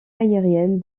aérienne